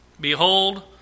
behold